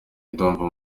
ndumva